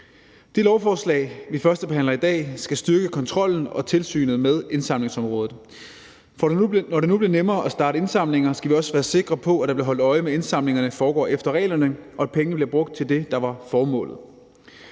Det lovforslag, vi førstebehandler i dag, skal styrke kontrollen og tilsynet med indsamlingsområdet. For når det nu er blevet nemmere at starte indsamlinger, skal vi også være sikre på, at der bliver holdt øje med, at indsamlingerne foregår efter reglerne, og at pengene bliver brugt til det, der var formålet.